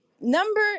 Number